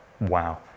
Wow